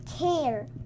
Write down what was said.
care